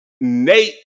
Nate